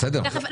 בסדר.